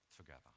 together